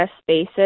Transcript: spaces